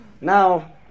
Now